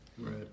Right